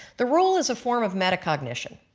the rule is a form of metacognition.